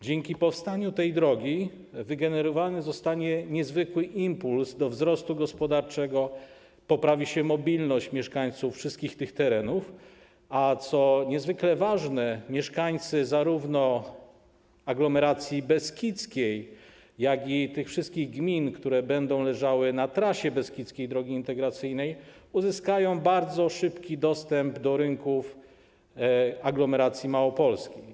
Dzięki powstaniu tej drogi wygenerowany zostanie niezwykły impuls do wzrostu gospodarczego, poprawi się mobilność mieszkańców wszystkich tych terenów, a co niezwykle ważne, mieszkańcy zarówno aglomeracji beskidzkiej, jak i tych wszystkich gmin, które będą leżały na trasie Beskidzkiej Drogi Integracyjnej, uzyskają bardzo szybki dostęp do rynków aglomeracji małopolskiej.